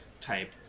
type